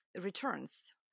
returns